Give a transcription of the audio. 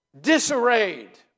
disarrayed